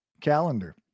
calendar